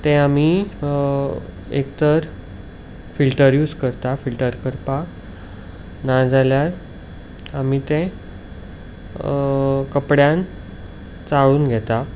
तें आमी एक तर फिल्टर यूज करता फिल्टर करपा नाजाल्यार आमी तें कपड्यांक चाळून घेता